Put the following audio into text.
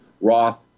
roth